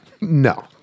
No